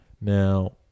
now